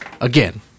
again